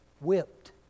Whipped